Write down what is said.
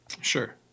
Sure